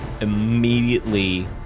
immediately